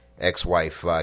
ex-wife